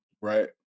right